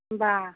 होनबा